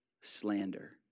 slander